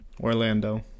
orlando